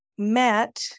met